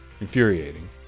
Infuriating